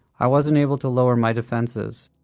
i wasn't able to lower my defenses,